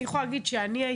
אני יכולה להגיד שהייתי